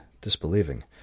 disbelieving